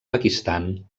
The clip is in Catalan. pakistan